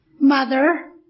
mother